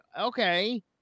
okay